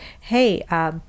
hey